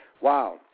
Wow